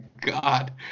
God